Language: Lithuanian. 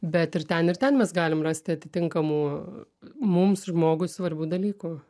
bet ir ten ir ten mes galim rasti atitinkamų mums žmogui svarbių dalykų